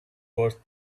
worth